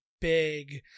big